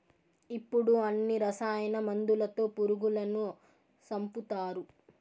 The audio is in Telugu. ఇప్పుడు అన్ని రసాయన మందులతో పురుగులను సంపుతారు